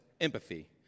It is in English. empathy